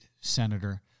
senator